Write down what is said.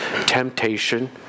temptation